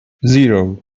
zero